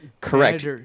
correct